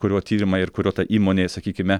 kurio tyrimai ir kurio ta įmonė sakykime